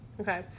Okay